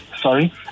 sorry